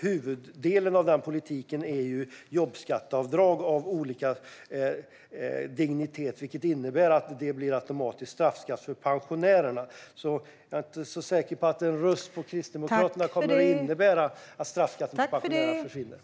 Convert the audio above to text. Huvuddelen i den politiken är jobbskatteavdrag av olika dignitet, vilket innebär att det blir automatisk straffskatt för pensionärerna. Jag är inte säker på att en röst på Kristdemokraterna kommer att innebära att straffskatten för pensionärer försvinner.